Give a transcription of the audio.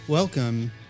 Welcome